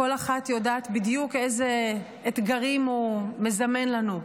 כל אחת יודעת בדיוק איזה אתגרים הוא מזמן לנו.